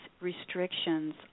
restrictions